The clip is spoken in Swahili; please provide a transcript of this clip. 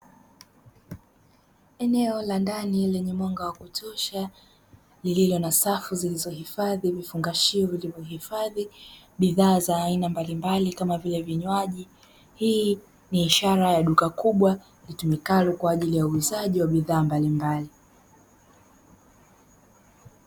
Eneo la ndani lenye mwanga wa kutosha lililo na safu zilizohifadhi vifungashio, vilivyohifadhi bidhaa za aina mbalimbali kama vile vinywaji. Hii ni ishara ya duka kubwa litumikalo kwa ajili ya uzwaji wa bidhaa mbalimbali.